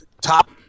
top